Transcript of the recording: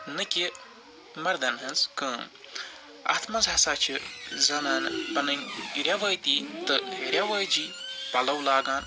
نَہ کہِ مردن ہنٛز کٲم اتھ منٛز ہَسا چھِ زنانہٕ پنٕنۍ ریٚوٲتی تہٕ ریٚوٲجی پَلو لاگان